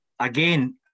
again